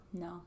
No